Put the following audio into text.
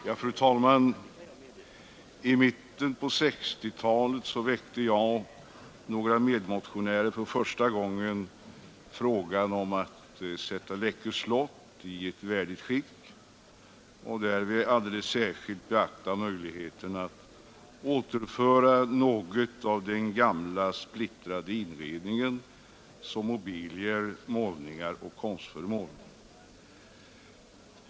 Fru talman! I mitten på 1960-talet väckte jag och några medmotionärer för första gången frågan om att sätta Läckö slott i ett värdigt skick och därvid alldeles särskilt beakta möjligheterna att återföra något av den gamla splittrade inredningen, som mobilier, målningar och konstföremål.